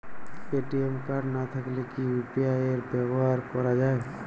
ATM card না থাকলে কি ইউ.পি.আই ব্যবহার করা য়ায়?